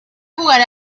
jugar